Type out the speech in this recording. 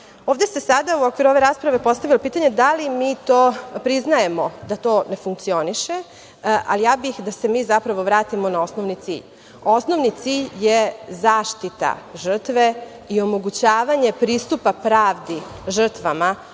se sada u okviru ove rasprave postavilo pitanje – da li mi to priznajemo da to ne funkcioniše, a ja bih da se mi zapravo vratimo na osnovni cilj. Osnovni cilj je zaštita žrtve i omogućavanje pristupa pravdi žrtvama,